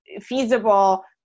feasible